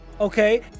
okay